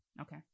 Okay